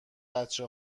بچه